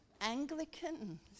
Anglicans